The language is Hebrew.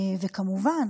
וכמובן